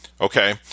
Okay